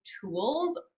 tools